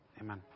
amen